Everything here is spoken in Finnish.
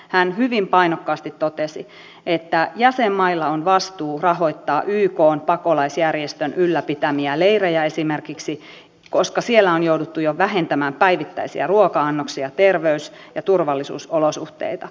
hän hyvin painokkaasti totesi että jäsenmailla on vastuu rahoittaa ykn pakolaisjärjestön ylläpitämiä leirejä esimerkiksi koska siellä on jouduttu jo vähentämään päivittäisiä ruoka annoksia terveys ja turvallisuusolosuhteita